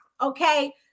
okay